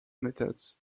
methods